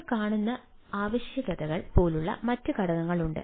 നമ്മൾ കാണുന്ന ആവശ്യകതകൾ പോലുള്ള മറ്റ് ഘടകങ്ങളുണ്ട്